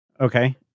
okay